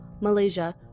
Malaysia